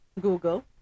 google